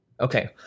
Okay